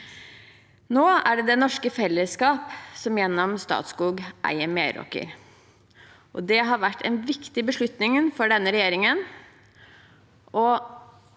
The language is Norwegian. Nå er det det norske fellesskap som gjennom Statskog eier Meraker Brug, og det har vært en viktig beslutning for denne regjeringen.